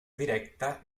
directa